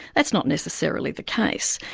that's not necessarily the case.